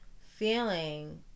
feeling